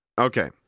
okay